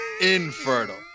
infertile